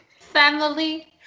Family